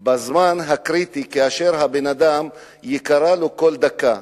האלה בזמן הקריטי, כאשר בן-אדם, יקרה לו כל דקה,